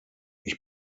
ich